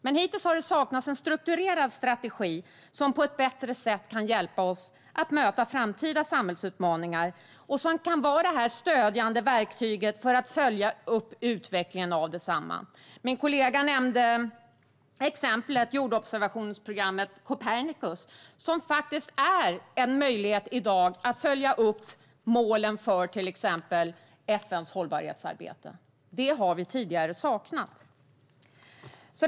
Men hittills har det saknats en strukturerad strategi som på ett bättre sätt kan hjälpa oss att möta framtida samhällsutmaningar och som kan vara ett stödjande verktyg för att följa utvecklingen av desamma. Min kollega nämnde exemplet jordobservationsprogrammet Copernicus, som ger en möjlighet i dag att till exempel följa upp målen för FN:s hållbarhetsarbete. Det har vi tidigare saknat.